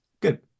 Good